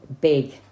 big